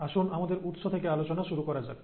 আসুন আমাদের উৎস থেকে আলোচনা শুরু করা যাক